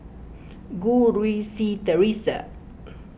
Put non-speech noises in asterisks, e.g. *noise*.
Goh Rui Si theresa *noise*